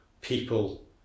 people